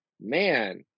man